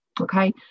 okay